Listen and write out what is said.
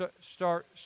start